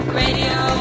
radio